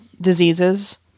diseases